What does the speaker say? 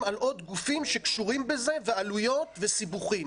על עוד גופים שקשורים בזה ועלויות וסיבוכים.